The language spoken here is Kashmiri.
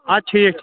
اَدٕ ٹھیٖک ٹھیٖک